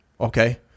okay